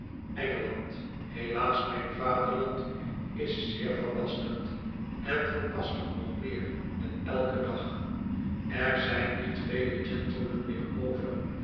helaas mijn vaderland is zeer verbasterd en verbastert nog meer met eiken dag er zijn niet vele gentlemen meer over